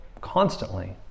constantly